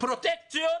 פרוטקציות